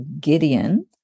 Gideon